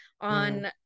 on